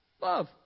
Love